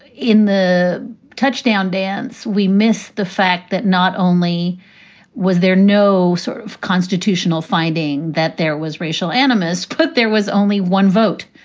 in the touchdown dance, we miss the fact that not only was there no sort of constitutional finding that there was racial animus put, there was only one vote.